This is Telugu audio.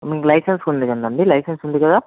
మీకు లైసెన్స్ ఉంది కదండి లైసెన్స్ ఉంది కదా